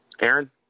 Aaron